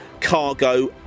cargo